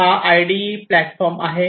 तर हा IDE platform आहे